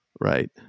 Right